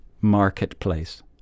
marketplace